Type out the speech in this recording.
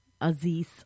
Aziz